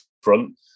front